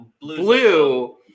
Blue